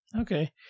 okay